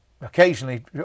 occasionally